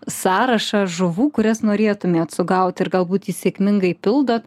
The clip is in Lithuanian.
sąrašą žuvų kurias norėtumėt sugauti ir galbūt jį sėkmingai pildot